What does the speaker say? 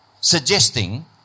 suggesting